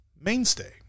mainstay